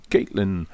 Caitlin